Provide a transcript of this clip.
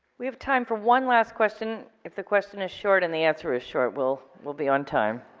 we have time for one last question. if the question is short and the answer is short, we'll we'll be on time.